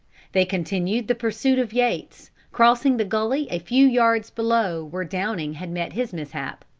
they continued the pursuit of yates, crossing the gulley a few yards below where downing had met his mishap.